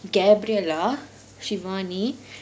gabriella shivani